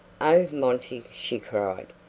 oh, monty, she cried,